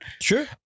Sure